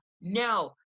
No